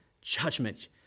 judgment